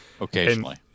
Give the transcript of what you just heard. Occasionally